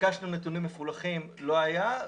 ביקשנו נתונים מפולחים לא היו.